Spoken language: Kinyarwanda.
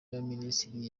y’abaminisitiri